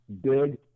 big